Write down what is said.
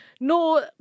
No